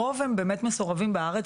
הרוב מסורבים בארץ.